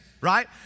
Right